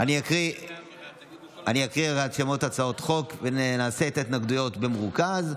אני קובע שהצעת חוק תאגידי מים וביוב (תיקון מס' 14)